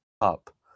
up